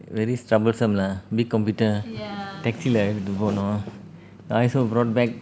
really troublesome lah big computer taxi leh எடுத்துட்டு போனும்:eduthutu ponum I also brought back